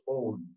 own